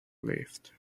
lived